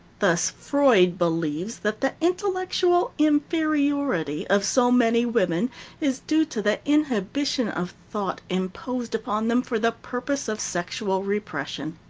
thus freud believes that the intellectual inferiority of so many women is due to the inhibition of thought imposed upon them for the purpose of sexual repression.